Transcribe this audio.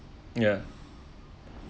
ya